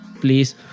Please